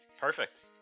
perfect